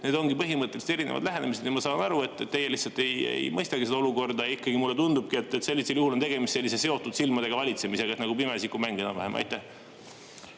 Need ongi põhimõtteliselt erinevad lähenemised ja ma saan aru, et teie lihtsalt ei mõistagi seda olukorda. Mulle tundub, et sellisel juhul on tegemist sellise seotud silmadega valitsemisega, nagu pimesikumänguga enam-vähem. Aitäh!